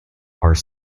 are